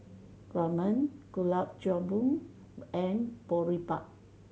Ramen Gulab Jamun and Boribap